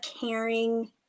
caring